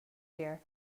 year